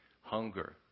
hunger